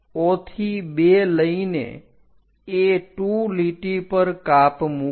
O થી 2 લઈને A2 લીટી પર કાપ મૂકો